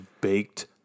baked